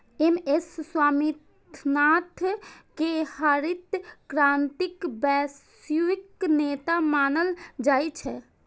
M S Swaminathan कें हरित क्रांतिक वैश्विक नेता मानल जाइ छै